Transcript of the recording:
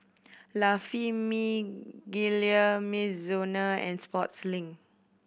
La Famiglia Mizuno and Sportslink